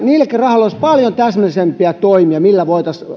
niillekin rahoille olisi paljon täsmällisempiä toimia millä voitaisiin